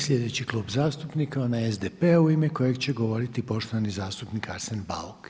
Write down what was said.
Sljedeći Klub zastupnika, onaj SDP-a u ime kojeg će govoriti poštovani zastupnik Arsen Bauk.